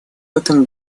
этом